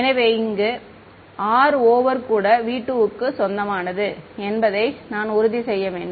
எனவே இங்கே r over கூட V2 சொந்தமானது என்பதை நான் உறுதி செய்ய வேண்டும்